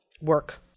work